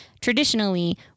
traditionally